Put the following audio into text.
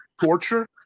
torture